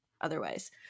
otherwise